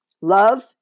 Love